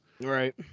Right